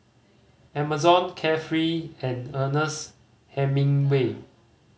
Amazon Carefree and Ernest Hemingway